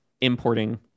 importing